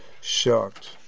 shocked